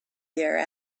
there